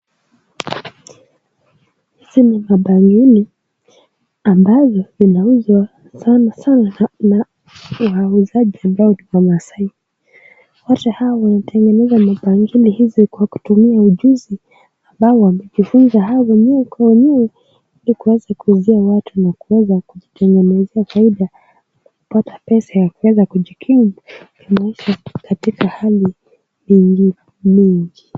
Hizi ni mabangili ambazo zinauzwa sana sana na wauzaji ambao ni wamaasai, wote hawa wanateng'eneza mabangili hizi kwa kutumia ujuzi ambao wamejifunza hao wenyewe kwa wenyewe ili waweze kuuzia watu na kuweza kujiteng'enezea faida kupata pesa ya kuweza kujikimu kimaisha katika hali zingine nyingi.